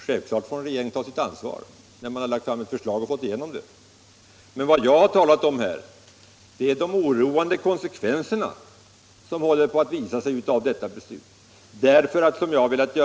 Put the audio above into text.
Självklart får regeringen ta sitt ansvar, när den har lagt fram ett förslag och fått igenom det. Men vad jag har talat om här är de oroande konsekvenser av detta beslut som börjar visa sig.